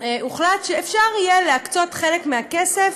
הוחלט שאפשר יהיה להקצות חלק מהכסף